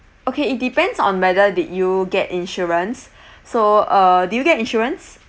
okay it depends on whether did you get insurance so uh did you get insurance